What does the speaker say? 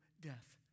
death